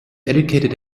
educated